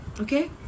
okay